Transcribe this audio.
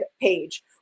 page